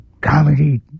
Comedy